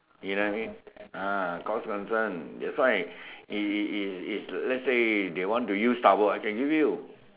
you know what I mean ah cost concern that's why is is is let's say they want to use towel I can give you